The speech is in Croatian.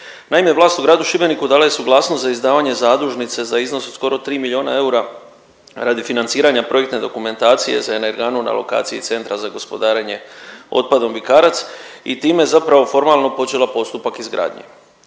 Naime, vlast u gradu Šibeniku dala je suglasnost za izdavanje zadužnice za iznos od skoro 3 milijuna eura radi financiranja projektne dokumentacije za energanu na lokaciji centra za gospodarenje otpadom Vikarac i time zapravo formalno počela postupak izgradnje.